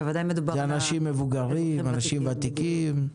אלה אנשים מבוגרים, אנשים ותיקים.